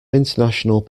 international